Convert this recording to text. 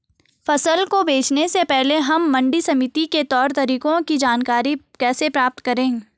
फसल को बेचने से पहले हम मंडी समिति के तौर तरीकों की जानकारी कैसे प्राप्त करें?